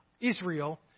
Israel